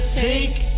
take